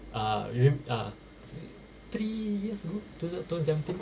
err you uh three years ago two thousand seventeen